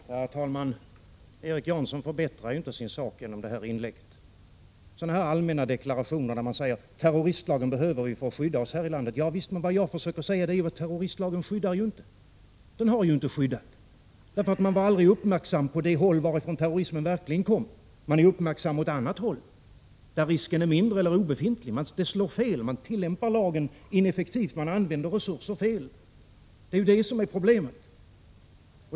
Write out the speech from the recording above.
terroristlagstiftningen Herr talman! Erik Janson förbättrar ju inte sin sak genom detta inlägg där la han framför allmänna deklarationer om att vi behöver terroristlagen för att skydda oss här i landet. Ja visst, men vad jag har försökt säga är att terroristlagen inte skyddar och inte har skyddat, eftersom man aldrig har varit uppmärksam mot det håll varifrån terrorismen verkligen kommer. Man är uppmärksam mot annat håll där risken är mindre eller obefintlig. Därför slår det fel. Man tillämpar lagen ineffektivt och använder resurserna på ett felaktigt sätt. Det är ju detta som är problemet.